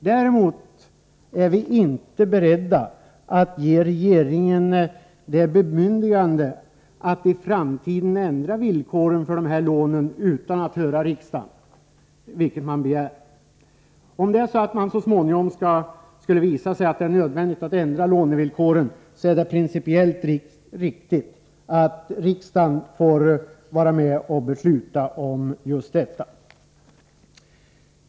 Däremot är vi inte beredda att ge regeringen bemyndigande att i framtiden ändra villkoren för dessa lån utan att höra riksdagen, vilket man begär. Om det så småningom skulle visa sig nödvändigt att ändra lånevillkoren, är det principiellt riktigt att riksdagen får vara med och besluta om detta.